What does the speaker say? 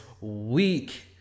week